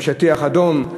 עם שטיח אדום.